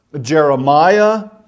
Jeremiah